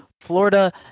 Florida